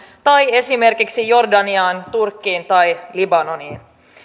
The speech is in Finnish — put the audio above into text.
tai esimerkiksi jordaniaan turkkiin tai libanoniin